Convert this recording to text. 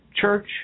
church